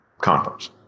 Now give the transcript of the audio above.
conference